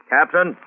Captain